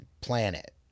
planet